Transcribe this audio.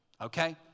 Okay